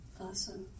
Awesome